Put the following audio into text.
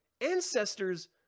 ancestors